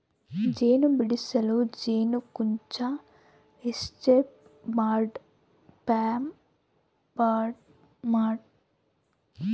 ಜೇನು ಬಿಡಿಸಲು ಜೇನುಕುಂಚ ಎಸ್ಕೇಪ್ ಬೋರ್ಡ್ ಫ್ಯೂಮ್ ಬೋರ್ಡ್ ಬೇಕಾಗ್ತವ